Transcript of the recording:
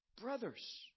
Brothers